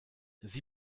sie